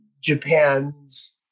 japan's